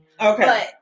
Okay